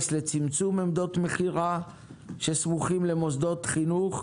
לצמצום עמדות מכירה שסמוכות למוסדות חינוך?